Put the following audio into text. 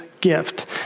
gift